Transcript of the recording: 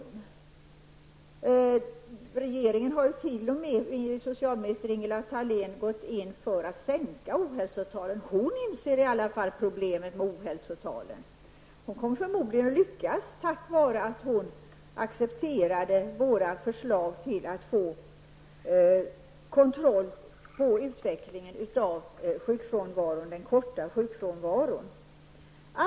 Socialminister Ingela Thalén har ju t.o.m. gått in för att sänka ohälsotalen. Hon inser i alla fall problemet med ohälsotalen. Hon kommer förmodligen att lyckas tack vare att hon accepterade våra förslag om att få kontroll över utvecklingen av den korta sjukfrånvaron.